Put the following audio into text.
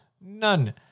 None